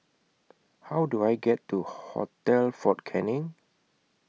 How Do I get to Hotel Fort Canning